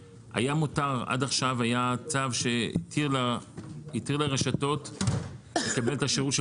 שעד כה היה צו שהתיר לרשתות לקבל את השירות של